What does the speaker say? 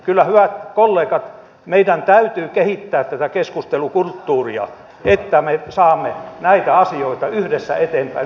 hyvät kollegat kyllä meidän täytyy kehittää tätä keskustelukulttuuria että me saamme näitä asioita yhdessä eteenpäin